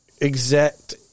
exact